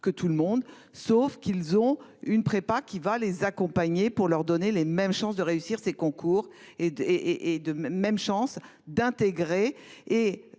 que tout le monde sauf qu'ils ont. Une prépa qui va les accompagner pour leur donner les mêmes chances de réussir ces concours. Et, et de même chance d'intégrer et